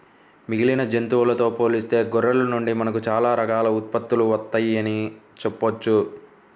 మిగిలిన జంతువులతో పోలిస్తే గొర్రెల నుండి మనకు చాలా రకాల ఉత్పత్తులు వత్తయ్యని చెప్పొచ్చు